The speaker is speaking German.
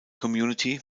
community